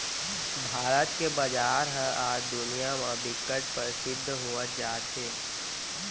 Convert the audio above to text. भारत के बजार ह आज दुनिया म बिकट परसिद्ध होवत जात हे